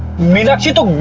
meenakshi